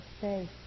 safe